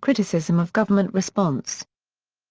criticism of government response